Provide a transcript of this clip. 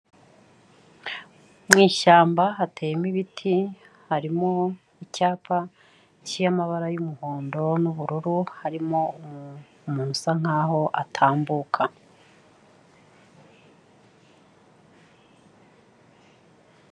Mu ishyamba hateyemo ibiti, harimo icyapa cy'amabara y'umuhondo n'ubururu harimo umuntu usa nk'aho atambuka.